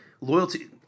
Loyalty